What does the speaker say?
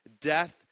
Death